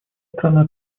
страна